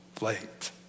late